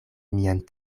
mian